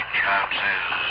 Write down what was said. chances